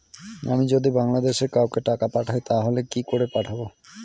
আমি যদি বাংলাদেশে কাউকে টাকা পাঠাই তাহলে কি করে পাঠাবো?